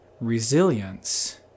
resilience